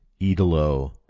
idolo